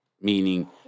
Meaning